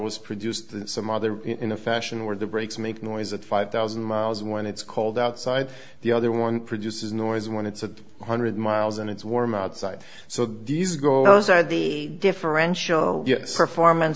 was produced some other in a fashion where the brakes make noise at five thousand miles when it's cold outside the other one produces noise when it's a hundred miles and it's warm outside so these go outside the differential performance